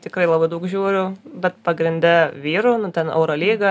tikrai labai daug žiūriu bet pagrinde vyrų nu ten eurolygą